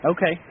Okay